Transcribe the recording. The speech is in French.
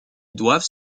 doivent